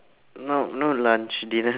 no no lunch dinner